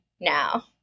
now